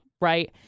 Right